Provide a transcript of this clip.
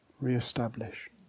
re-establish